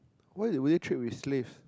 what did we trade with slaves